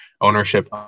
ownership